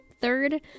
Third